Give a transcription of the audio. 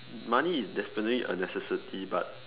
money is definitely a necessity but